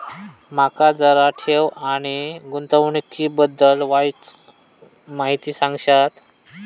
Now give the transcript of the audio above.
माका जरा ठेव आणि गुंतवणूकी बद्दल वायचं माहिती सांगशात?